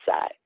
side